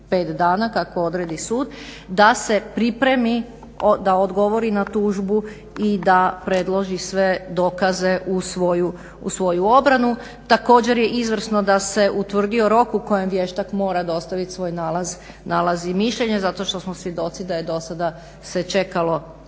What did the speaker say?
45 dana kako odredi sud da se pripremi, da odgovori na tužbu i da predloži sve dokaze u svoju obranu. Također, je izvrsno da se utvrdio rok u kojem vještak mora dostaviti svoj nalaz i mišljenje zato što smo svjedoci da je do sada se čekalo